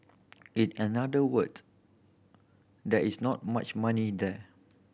in another words there is not much money there